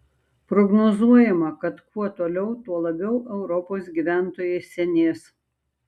prognozuojama kad kuo toliau tuo labiau europos gyventojai senės